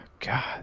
God